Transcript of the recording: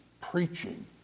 preaching